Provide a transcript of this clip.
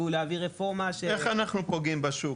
להביא רפורמה --- איך אנחנו פוגעים בשוק,